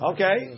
Okay